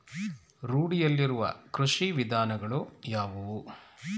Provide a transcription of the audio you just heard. ರೂಢಿಯಲ್ಲಿರುವ ಕೃಷಿ ವಿಧಾನಗಳು ಯಾವುವು?